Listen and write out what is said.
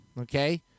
okay